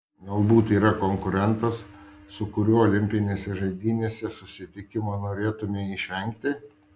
galbūt yra konkurentas su kuriuo olimpinėse žaidynėse susitikimo norėtumei išvengti